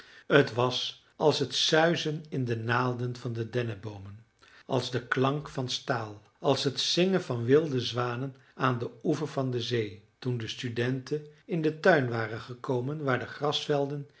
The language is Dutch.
het was als het suizen in de naalden van de denneboomen als de klank van staal als het zingen van wilde zwanen aan den oever van de zee toen de studenten in den tuin waren gekomen waar de grasvelden